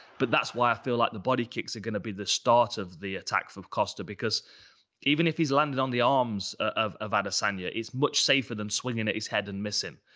but that's why i feel like the body kicks are gonna be the start of the attack for costa because even if he's landed on the arms of of adesanya, it's much safer than swinging at his head and missing.